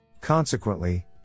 Consequently